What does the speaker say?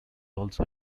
also